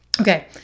Okay